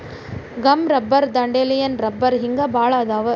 gum rubber dandelion ರಬ್ಬರ ಹಿಂಗ ಬಾಳ ಅದಾವ